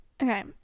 Okay